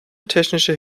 technische